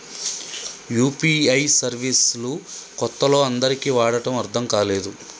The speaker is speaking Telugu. యూ.పీ.ఐ సర్వీస్ లు కొత్తలో అందరికీ వాడటం అర్థం కాలేదు